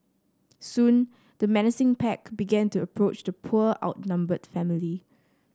soon the menacing pack began to approach the poor outnumbered family